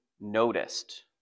noticed